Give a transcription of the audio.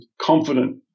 confident